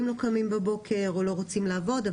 לא קמים בבוקר או לא רוצים לעבוד,